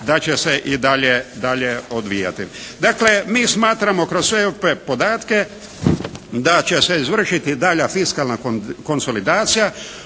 da će se i dalje odvijati. Dakle, mi smatramo kroz sve ove podatke da će se izvršiti dalja fiskalna konsolidacija,